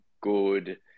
good